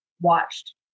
watched